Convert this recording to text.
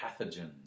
pathogens